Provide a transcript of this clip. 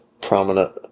prominent